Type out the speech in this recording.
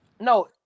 no